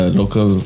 local